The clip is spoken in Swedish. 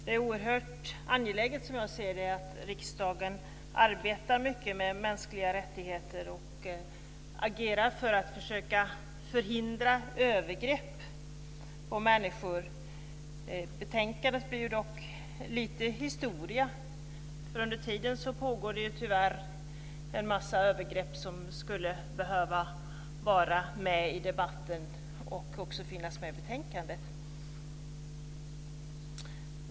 Det är oerhört angeläget, som jag ser det, att riksdagen arbetar mycket med mänskliga rättigheter och agerar för att försöka förhindra övergrepp på människor. Betänkandet blir dock lite historia, för under tiden pågår det tyvärr en massa övergrepp som skulle behöva tas upp i debatten och också finnas med i betänkandet.